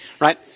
Right